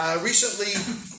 recently